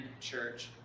church